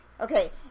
Okay